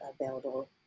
available